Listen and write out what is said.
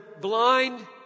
blind